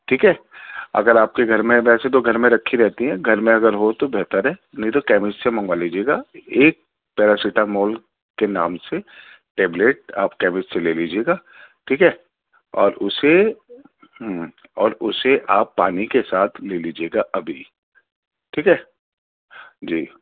ٹھیک ہے اگر آپ کے گھر میں ویسے تو گھر میں رکھی رہتی ہے گھر میں اگر ہو تو بہتر ہے نہیں تو کیمسٹ سے منگوا لیجیے گا ایک پیراسیٹامال کے نام سے ٹیبلٹ آپ کیمسٹ سے لے لیجیے گا ٹھیک ہے اور اسے اور اسے آپ پانی کے ساتھ لے لیجیے گا ابھی ٹھیک ہے جی